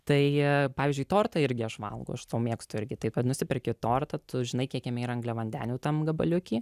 tai pavyzdžiui tortą irgi aš valgau aš mėgstu irgi taip kad nusiperki tortą tu žinai kiek jame yra angliavandenių tam gabaliuky